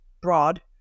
broad